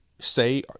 say